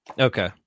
Okay